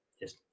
Yes